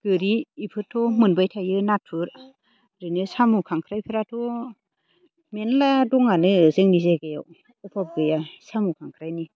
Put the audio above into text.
गोरि बेफोरथ' मोनबाय थायो नाथुर ओरैनो साम' खांख्राइफोराथ' मेल्ला दंआनो जोंनि जायगायाव अभाब गैया साम' खांख्राइनि